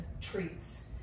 treats